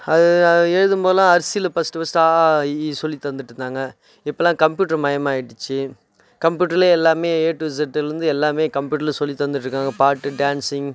அது அது எழுதும் போதுலாம் அரிசியில் ஃபஸ்ட்டு ஃபஸ்ட்டு அ ஆ இ ஈ சொல்லி தந்துட்டு இருந்தாங்க இப்போலாம் கம்ப்யூட்டர்மயமா ஆய்டுச்சி கம்ப்யூட்டர்லேயே எல்லாம் ஏ டூ இஸட்டுலேந்து எல்லாம் கம்ப்யூட்டரில் சொல்லி தந்துட்டு இருக்காங்க பாட்டு டேன்ஸிங்